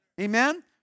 Amen